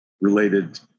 related